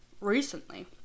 recently